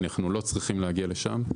אנחנו לא צריכים להגיע לשם.